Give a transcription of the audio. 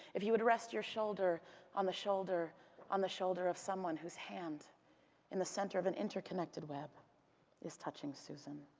if you would rest your shoulder on the shoulder on the shoulder of someone whose hand in the center of an interconnected web is touching susan.